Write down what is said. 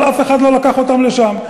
אבל אף אחד לא לקח אותם לשם.